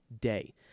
day